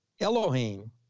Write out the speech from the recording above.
Elohim